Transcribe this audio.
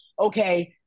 Okay